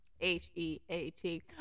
h-e-a-t